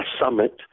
summit